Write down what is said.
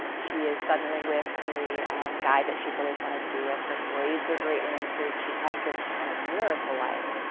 she is suddenly with a guy that she's always wanted to be with. her grades are greatly improved. she has this kind of miracle life,